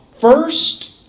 first